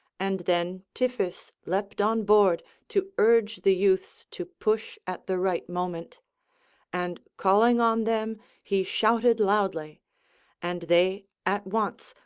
and then tiphys leapt on board to urge the youths to push at the right moment and calling on them he shouted loudly and they at once,